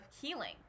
healing